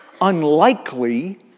unlikely